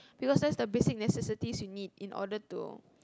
because that's the basic necessities you need in order to